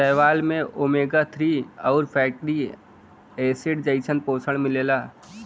शैवाल में omega three आउर फैटी एसिड जइसन पोषण मिलला